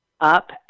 up